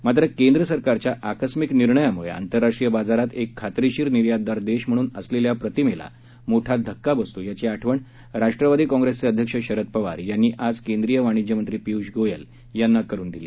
मात्र केंद्रसरकारच्या आकस्मिक निर्णयामुळे आंतरराष्ट्रीय बाजारात एक खात्रीशीर निर्यातदार देश म्हणून असलेल्या प्रतिमेला मोठा धक्का बसतो याची आठवण राष्ट्रवादी काँप्रेसचे अध्यक्ष शरद पवार यांनी आज केंद्रीय वाणिज्यमंत्री पियूष गोयल यांना करुन दिली